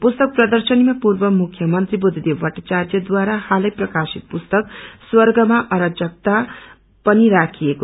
पुस्तक प्रर्दशनीमा पूर्व मुख्यमंत्री बद्धदेव भट्टाचार्यद्वारा हालै प्रकाशित पुस्तक स्वर्गमा अराजकता पनि राखिकऐ